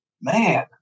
man